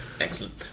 Excellent